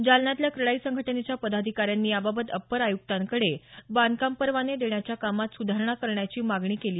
जालन्यातल्या क्रेडाई संघटनेच्या पदाधिकाऱ्यांनी याबाबत अपर आयुक्तांकडे बांधकाम परवाने देण्याच्या कामात सुधारणा करण्याची मागणी केली